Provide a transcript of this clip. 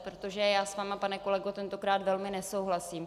Protože já s vámi, pane kolego, tentokrát velmi nesouhlasím.